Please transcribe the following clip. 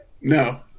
No